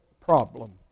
problem